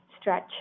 stretch